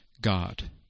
God